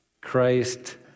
Christ